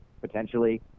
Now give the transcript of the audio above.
potentially